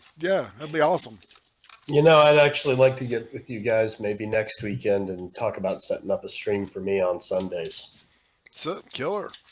yeah, that'll be awesome you know i'd actually like to get with you guys. maybe next weekend and talk about setting up a string for me on sundays so killer